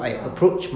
mm